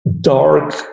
dark